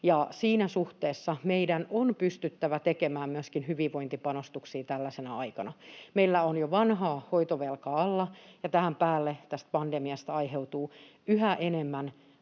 siinä suhteessa meidän on pystyttävä tekemään myöskin hyvinvointipanostuksia tällaisena aikana. Meillä on jo vanhaa hoitovelkaa alla, ja tähän päälle tästä pandemiasta aiheutuu yhä enemmän